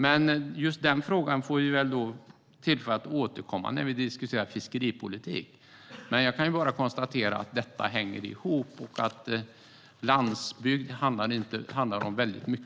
Men just denna fråga får vi tillfälle att återkomma till när vi diskuterar fiskeripolitik. Men jag kan bara konstatera att detta hänger ihop och att landsbygd handlar om väldigt mycket.